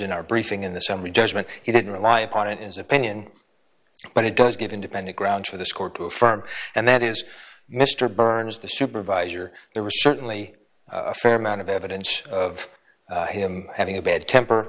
in our briefing in the summary judgment he didn't rely upon it as opinion but it does give independent grounds for this court to firm and that is mr burns the supervisor there was certainly a fair amount of evidence of him having a bad temper